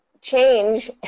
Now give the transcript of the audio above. change